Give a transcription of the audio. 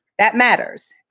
that matters.